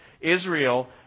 Israel